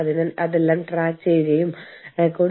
അതിനാൽ ഈ കാര്യങ്ങളെല്ലാം കണ്ടെത്തേണ്ടതുണ്ട്